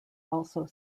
also